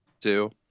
two